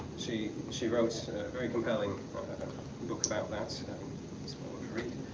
she, she wrote a very compelling book about that you know read,